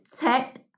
Tech